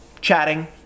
chatting